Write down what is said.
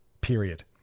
period